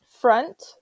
front